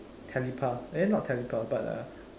telepath eh not telepath but